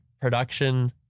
production